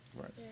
Right